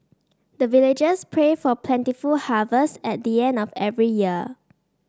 the villagers pray for plentiful harvest at the end of every year